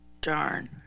darn